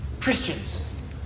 Christians